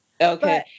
okay